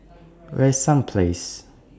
Where IS Summer Place